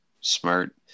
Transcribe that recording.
smart